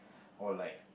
or like